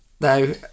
No